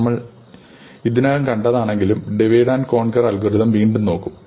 നമ്മൾ ഇതിനകം കണ്ടതാണെങ്കിലും ഡിവൈഡ് ആൻഡ് കോൺകർ അല്ഗോതിതം വീണ്ടും നോക്കും